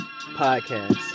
podcast